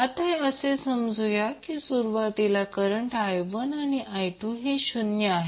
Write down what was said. आता असे समजूया की सुरुवातीला करंट i1 आणि i2 हे शून्य आहेत